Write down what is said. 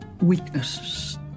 weaknesses